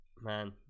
Man